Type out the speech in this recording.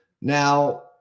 Now